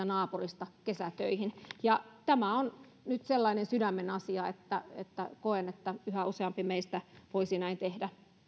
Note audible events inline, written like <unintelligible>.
<unintelligible> naapurista kesätöihin tämä on nyt sellainen sydämenasia ja koen että yhä useampi meistä voisi näin tehdä